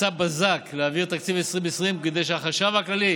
במבצע בזק להעביר את תקציב 2020, כדי שהחשב הכללי